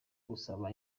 gusaba